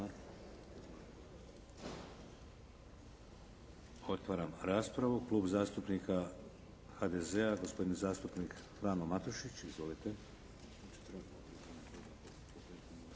Otvaram raspravu. Klub zastupnika HDZ-a gospodin zastupnik Frano Matušić. Izvolite.